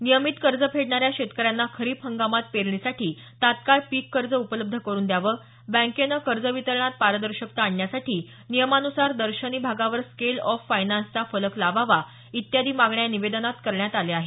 नियमित कर्ज फेडणाऱ्या शेतकऱ्यांना खरीप हंगामात पेरणीसाठी तत्काळ पीक कर्ज उपलब्ध करून द्यावं बँकेने कर्ज वितरणात पारदर्शकता आणण्यासाठी नियमानुसार दर्शनी भागावर स्केल ऑफ फायनान्सचा फलक लावावा इत्यादी मागण्या या निवेदनात करण्यात आल्या आहेत